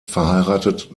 verheiratet